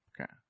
Okay